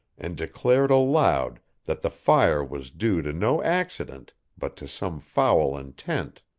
and declared aloud that the fire was due to no accident, but to some foul intent.